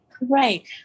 right